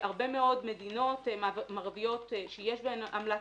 הרבה מאוד מדינות מערביות שיש בהן עמלת